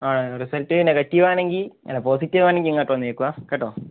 ആ result negative ആണെങ്കിൽ അല്ല പോസിറ്റീവ് ആണെങ്കിൽ ഇങ്ങോട്ട് വന്നേക്കുക കേട്ടോ